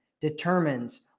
determines